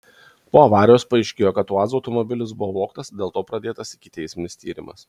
po avarijos paaiškėjo kad uaz automobilis buvo vogtas dėl to pradėtas ikiteisminis tyrimas